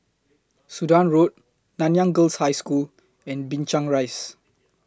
Sudan Road Nanyang Girls' High School and Binchang Rise